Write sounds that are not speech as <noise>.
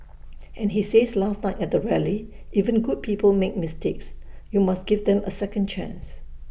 <noise> and he says last night at the rally even good people make mistakes you must give them A second chance